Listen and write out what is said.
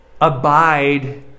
Abide